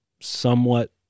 somewhat